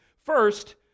first